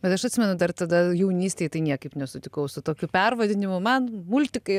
bet aš atsimenu dar tada jaunystėj tai niekaip nesutikau su tokiu pervadinimu man multikai